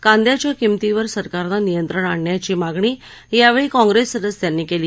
कांद्याच्या किमतीवर सरकारनं नियंत्रण आणण्याची मागणी यावेळी काँप्रेस सदस्यांनी केली